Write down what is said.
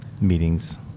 meetings